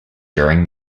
during